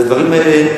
הדברים האלה,